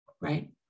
right